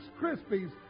Krispies